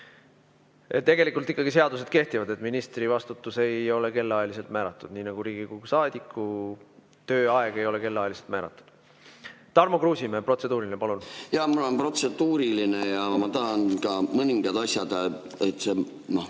Tegelikult ikkagi seadused kehtivad. Ministri vastutus ei ole kellaajaliselt määratud, nii nagu Riigikogu liikme tööaeg ei ole kellaajaliselt määratud. Tarmo Kruusimäe, protseduuriline, palun! Mul on protseduuriline ja ma tahan ka, et mõningad asjad märgitaks